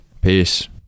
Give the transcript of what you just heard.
Peace